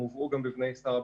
הובאו גם בפני שר הביטחון,